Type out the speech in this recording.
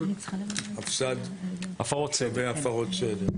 יקוטלגו וישויכו לאירועים ולתיקי חקירה כמו שצריך,